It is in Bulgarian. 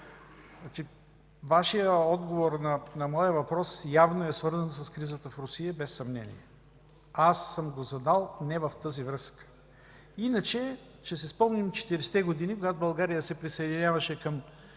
Вашият отговор на моя въпрос явно е свързан с кризата в Русия, без съмнение. Аз съм го задал не в тази връзка. Иначе ще си спомним 40-те години, когато България се присъединяваше към